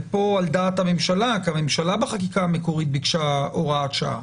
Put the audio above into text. ופה על דעת הממשלה כי הממשלה בחקיקה המקורית ביקשה הוראת שעה